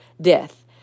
death